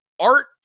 Art